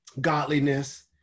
godliness